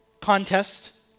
contest